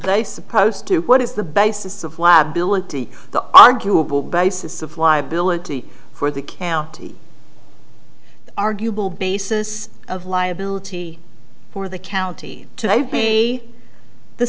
i suppose to what is the basis of liability the arguable basis of liability for the county arguable basis of liability for the county to pay the